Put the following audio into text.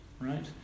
right